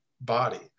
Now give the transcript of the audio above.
body